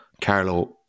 Carlo